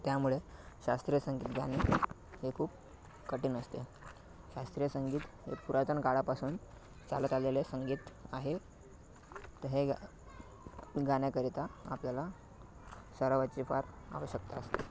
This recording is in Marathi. त्यामुळे शास्त्रीय संगीत गाणे हे हे खूप कठीण असते शास्त्रीय संगीत हे पुरातन काळापासून चालत आलेले संगीत आहे तर हे गाण्याकरिता आपल्याला सरावाची फार आवश्यकता असते